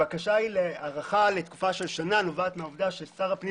הבקשה להארכה לתקופה של שנה נובעת מהעובדה ששר הפנים